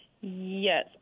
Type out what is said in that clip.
Yes